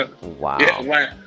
Wow